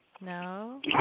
No